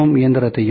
M இயந்திரத்தையும்C